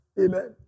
Amen